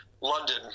London